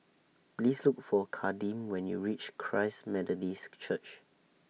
Please Look For Kadeem when YOU REACH Christ Methodist Church